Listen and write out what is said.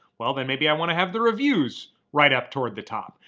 well, then maybe i want to have the reviews right up toward the top.